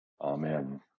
Amen